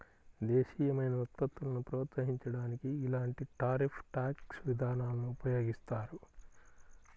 దేశీయమైన ఉత్పత్తులను ప్రోత్సహించడానికి ఇలాంటి టారిఫ్ ట్యాక్స్ విధానాలను ఉపయోగిస్తారు